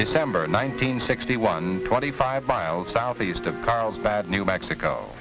amber nineteen sixty one twenty five miles southeast of carlsbad new mexico